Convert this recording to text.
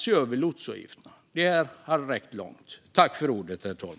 Se över lotsavgifterna! Det hade räckt långt, herr talman.